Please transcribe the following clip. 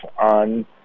on